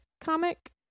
comic